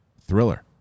Thriller